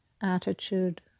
attitude